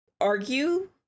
argue